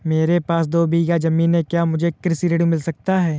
मेरे पास दो बीघा ज़मीन है क्या मुझे कृषि ऋण मिल सकता है?